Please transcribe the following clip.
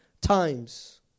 times